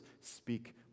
speak